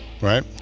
right